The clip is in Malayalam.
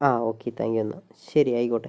ആ ഓക്കെ താങ്ക് യൂ എന്നാൽ ശരി ആയിക്കോട്ടെ